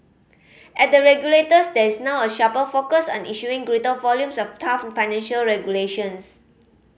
at the regulators there is now a sharper focus on issuing greater volumes of tough financial regulations